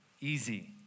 easy